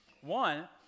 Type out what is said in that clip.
One